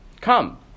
come